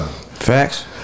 Facts